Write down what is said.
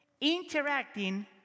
interacting